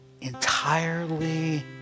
entirely